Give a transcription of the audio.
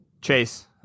chase